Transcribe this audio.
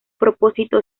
propósito